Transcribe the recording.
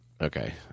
Okay